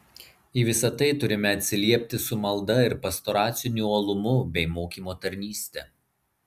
į visa tai turime atsiliepti su malda ir pastoraciniu uolumu bei mokymo tarnyste